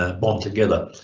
ah bond together.